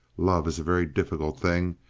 love is a very difficult thing,